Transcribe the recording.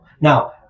Now